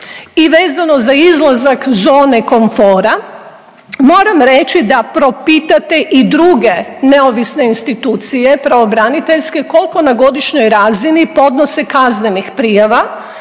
i vezano za izlazak zone komfora moram reći da propitate i druge neovisne institucije pravobraniteljske koliko na godišnjoj razini podnose kaznenih prijava.